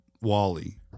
Wally